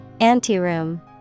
Anteroom